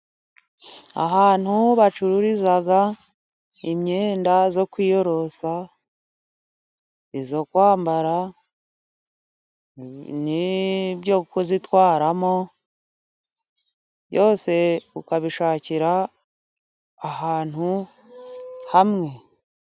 Ahantu bacururiza imyenda yo kwiyorosa, iyo kwambara, n' ibyo kuyitwaramo, byose ukabishakira ahantu hamwe.